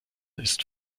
ist